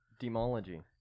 demology